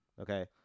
okay